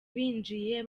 binjiye